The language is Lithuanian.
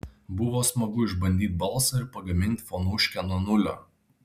buvo smagu išbandyt balsą ir pagamint fonuškę nuo nulio